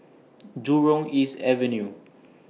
Jurong East Avenue